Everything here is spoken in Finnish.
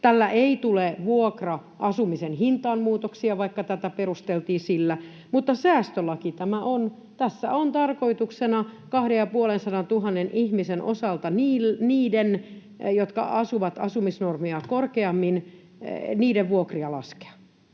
Tällä ei tule vuokra-asumisen hintaan muutoksia, vaikka tätä perusteltiin sillä, mutta säästölaki tämä on. Tässä on tarkoituksena 250 000 ihmisen osalta vuokria laskea — niiden osalta, jotka asuvat asumisnormia korkeammin. Me olemme